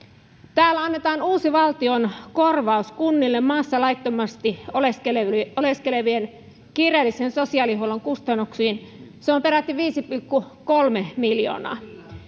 täällä annetaan uusi valtion korvaus kunnille maassa laittomasti oleskelevien oleskelevien kiireellisen sosiaalihuollon kustannuksiin se on peräti viisi pilkku kolme miljoonaa